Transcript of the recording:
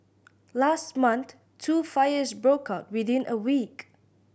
last month two fires broke out within a week